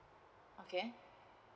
okay